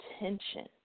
attention